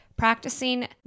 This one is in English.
Practicing